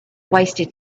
wasted